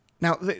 Now